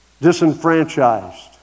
disenfranchised